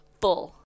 full